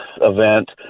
event